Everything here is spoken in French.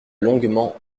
longuement